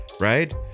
right